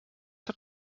hat